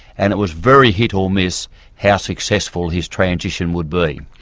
and it was very hit or miss how successful his transition would be.